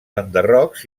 enderrocs